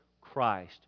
Christ